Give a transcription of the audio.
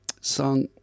song